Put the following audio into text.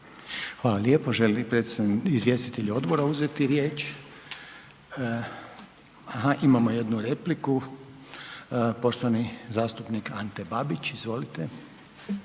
Hvala lijepo, žele li izvjestitelji odbora uzeti riječ? Aha, imamo jednu repliku, poštovani zastupnik Ante Babić, izvolite.